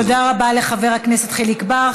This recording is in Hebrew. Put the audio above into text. תודה רבה לחבר הכנסת חיליק בר.